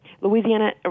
Louisiana